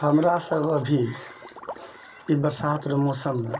हमरा सब अभी ई बरसातरऽ मौसममे